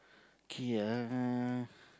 K uh